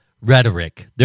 rhetoric